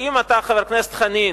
ואם אתה, חבר הכנסת חנין,